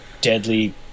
deadly